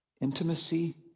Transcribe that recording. Intimacy